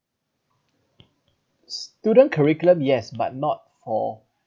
student curriculum yes but not for